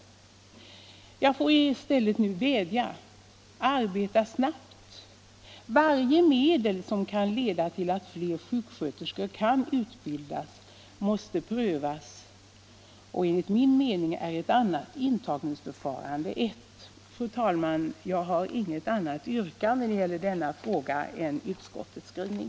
Nu får jag i stället vädja: arbeta snabbt! Varje medel som kan leda till att fler sjuksköterskor kan utbildas måste prövas. Ett annat intagningsförfarande är ett medel. Fru talman! Jag har inget annat yrkande när det gäller denna fråga än utskottets skrivning.